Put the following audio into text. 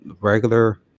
regular